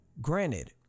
Granted